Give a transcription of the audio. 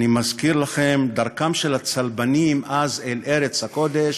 אני מזכיר לכם, דרכם של הצלבנים אז אל ארץ הקודש